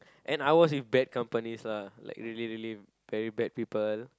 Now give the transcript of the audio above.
and I was in bad companies lah like really really very bad people